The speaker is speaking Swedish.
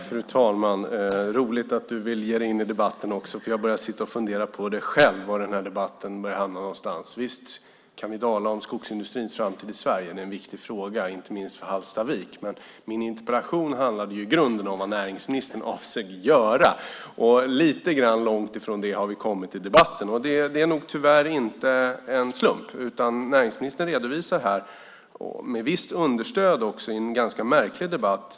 Fru talman! Det var roligt att fru talmannen ville ge sig in i debatten. Jag började själv fundera på var den här debatten börjar hamna. Visst kan vi tala om skogsindustrins framtid i Sverige. Det är en viktig fråga, inte minst för Hallstavik. Men min interpellation handlade i grunden om vad näringsministern avser att göra. Lite långt från det har vi nu kommit i debatten. Tyvärr är det nog inte en slump. Näringsministern ger här en redovisning, med visst understöd, i en ganska märklig debatt.